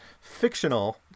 fictional